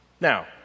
Now